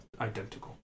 identical